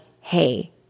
Hey